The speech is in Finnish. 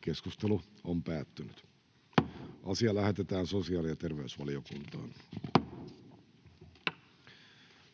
Keskustelu on päättynyt.